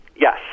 Yes